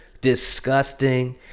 disgusting